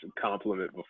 compliment